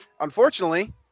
Unfortunately